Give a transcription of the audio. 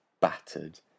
battered